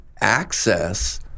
access